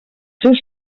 seus